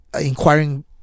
inquiring